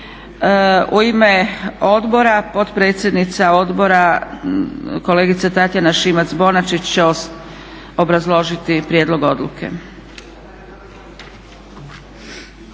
U ime odbora, potpredsjednica odbora kolegica Tatjana Šimac-Bonačić će obrazložiti prijedlog odluke.